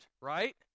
right